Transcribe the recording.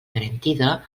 garantida